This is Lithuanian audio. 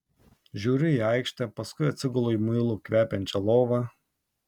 žiūriu į aikštę paskui atsigulu į muilu kvepiančią lovą